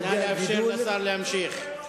נא לאפשר לשר להמשיך.